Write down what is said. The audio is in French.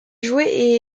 joué